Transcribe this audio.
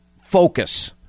focus